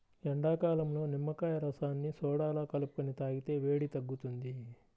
ఎండాకాలంలో నిమ్మకాయ రసాన్ని సోడాలో కలుపుకొని తాగితే వేడి తగ్గుతుంది